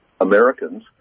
Americans